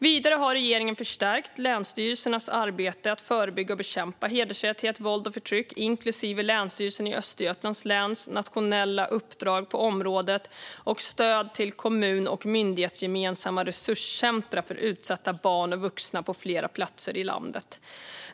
Vidare har regeringen förstärkt länsstyrelsernas arbete att förebygga och bekämpa hedersrelaterat våld och förtryck, inklusive Länsstyrelsen i Östergötlands läns nationella uppdrag på området och stöd till kommun och myndighetsgemensamma resurscentrum för utsatta barn och vuxna på flera platser i landet.